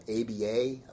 ABA